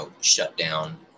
shutdown